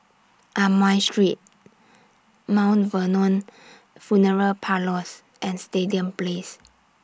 Amoy Street Mount Vernon Funeral Parlours and Stadium Place